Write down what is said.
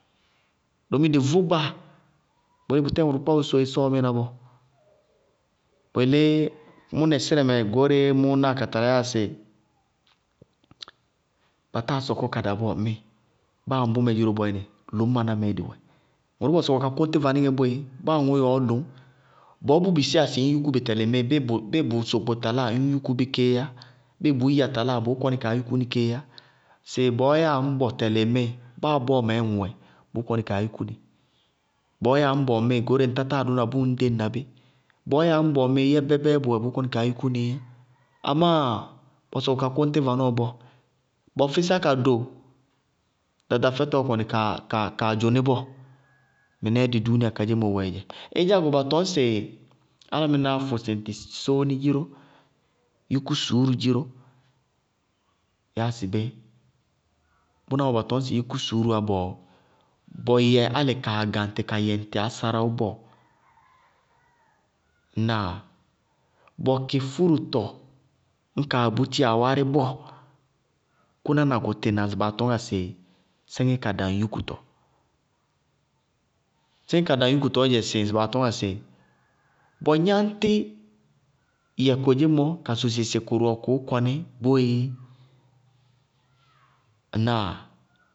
Doomi dɩ vʋ gba, bʋ yelé bʋtɛɛ dɩ woósósóó ɩsɔɔɔ mɩna bɔɔ. Bʋ yelé mʋ nɛsɩrɛ mɛ goóreé mʋʋ náa ka tala yáasɩ ba táa sɔkɔ ka da bɔɔ ŋmɩɩ. Báa aŋbʋ mɛ dziró bɔɔyɛnɩ, lʋñmaná mɛɛ dɩwɛ. Ŋʋrʋʋ bɔ sɔkɔ ka kʋñtɩ vanɩŋɛ boéé, báa aŋʋʋ yɛ ɔɔ lʋñ bɔɔ bʋ bisiyá sɩ ñ yúkú bɩ tɛlɩ ŋmɩɩ, bɩɩ bʋʋ sokpo taláa, ŋñ yúku bɩ kéé yá. Bɩɩ bʋʋyiya taláa ŋmɩ, bʋʋ kɔnɩ kaa yúkú nɩ kéé yá. Sɩ bʋʋyɛyá ŋñ bɔ tɛlɩ ŋmɩɩ, báa bɔɔ mɛɛ ŋwɛ, bʋʋ kɔnɩ kaa yúkú nɩ. Bɔɔ yáa ŋñbɔ ŋmɩɩ goóreé ŋ tátáa dʋna bʋʋ ŋñ ɖéŋna bɩ. Bɔɔ yáa ŋñbɔ ŋmɩɩ yɛbɛbɛɛɛ bʋwɛ bʋʋ kɔnɩ kaa yúkú nɩɩ yá, amáa, bɔ sɔkɔ ka kʋñtɩ vanɔɔ bɔɔ. Bʋ fɩsá ka do, ɖaɖa fɛfɛtɔɔ kɔnɩ kaa dzʋ nɩ bɔɔ. Mɩnɛɛ dɩ duuniya kadzémɔ wɛɛ dzɛ. Ɩdzá go ba tʋñ sɩ álámɩnáá fʋsɩ ŋtɩ sóóni dziró, yúkú suúru dziró, yáa sɩ bé? Bʋná mɔ ba tɔñ sɩ yúkú suúruú wá, bɔ yɛ alɩ kaa gaŋtɩ ka yɛ ŋtɩ ásáráwʋ bɔɔ. Ŋnáa? Bʋ kɩ furutɔ ñ kaa bútí awárɩ bɔɔ. Kʋná na kʋtɩ na ŋsɩ baa tʋñŋa sɩ sɩŋɩ ka da ŋ yúkutɔ. sɩŋɩ ka da ŋ yúkutɔ yáa sɩ bʋ gnáñtɩ yɛ kodzémɔ ka sosi sɩ kʋrʋwɛ kʋʋ kɔnɩ boéé. Ŋnáa?